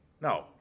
No